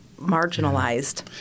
marginalized